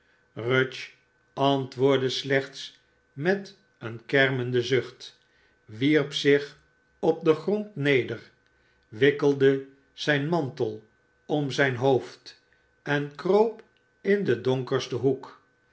rudge antwoordde slechts met een kermenden zucht wierp zich op den grond neder wikkelde zijn mantel om zip hoofd en kroop in den donkersten hoek